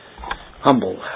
Humble